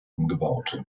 umgebaut